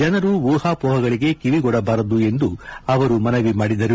ಜನರು ಊಹಾಪೋಹಗಳಿಗೆ ಕಿವಿಕೊಡಬಾರದು ಎಂದು ಮನವಿ ಮಾಡಿದರು